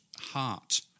heart